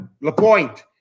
LaPointe